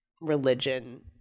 religion